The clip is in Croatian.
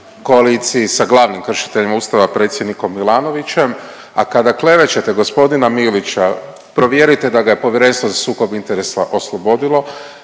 koaliciji sa glavnim kršiteljem Ustava predsjednikom Milanovićem. A kada klevećete gospodina Milića provjerite da ga je Povjerenstvo za sukob interesa oslobodilo,